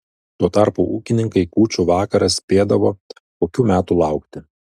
tuo tarpu ūkininkai kūčių vakarą spėdavo kokių metų laukti